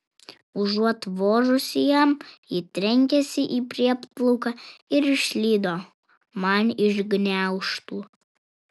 užuot vožusi jam ji trenkėsi į prieplauką ir išslydo man iš gniaužtų